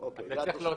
את זה צריך להוסיף.